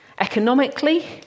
Economically